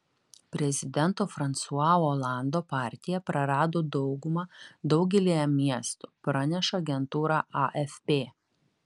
prezidento fransua olando partija prarado daugumą daugelyje miestų praneša agentūra afp